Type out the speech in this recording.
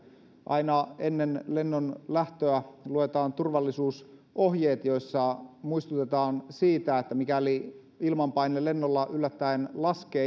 aina ennen lennon lähtöä luetaan turvallisuusohjeet joissa muistutetaan siitä että mikäli ilmanpaine lennolla yllättäen laskee